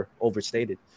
overstated